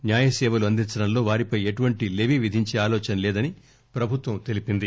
న్యాయ సేవలు అందించడంలో వారిపై ఎటువంటి లెవీ విధించే ఆలోచనలేదని ప్రభుత్వం తెలిపింది